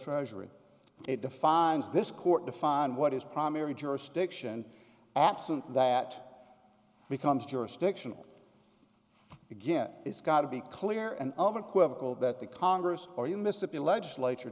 treasury it defines this court define what is primary jurisdiction absent that becomes jurisdiction again it's got to be clear and over quizzical that the congress or you misapply legislature